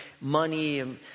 money